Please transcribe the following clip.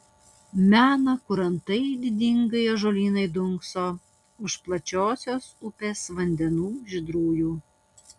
mena kur antai didingai ąžuolynai dunkso už plačiosios upės vandenų žydrųjų